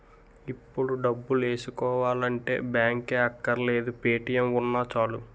ఇప్పుడు డబ్బులేసుకోవాలంటే బాంకే అక్కర్లేదు పే.టి.ఎం ఉన్నా చాలు